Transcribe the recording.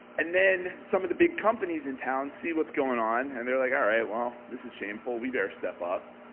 and then some of the big companies in town see what's going on and they're like, all right well this is shameful, we better step up.